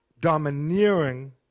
domineering